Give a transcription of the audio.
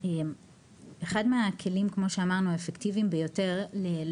אחד מהכלים האפקטיביים ביותר כמו